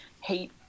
hate